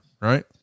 right